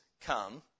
come